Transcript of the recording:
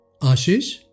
Ashish